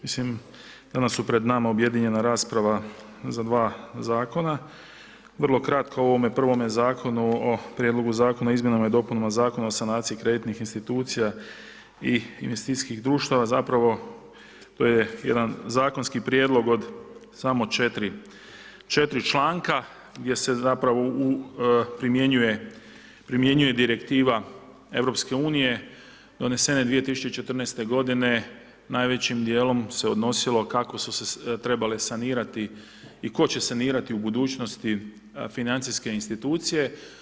Mislim danas su pred nama objedinjena rasprava za dva zakona vrlo kratko o ovome prvome zakonu o Prijedlogu zakona o izmjenama i dopunama Zakona o sanaciji kreditnih institucija i investicijskih društava, zapravo to je zakonski prijedlog od samo 4 članka gdje se zapravo primjenjuje direktiva EU donesene 2014. godine najvećim dijelom se odnosilo kako su se trebale sanirati i ko će sanirati u budućnosti financijske institucije.